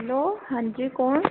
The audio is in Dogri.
हैलो हां जी कौन